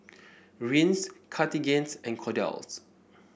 Rene's Cartigain's and Kordel's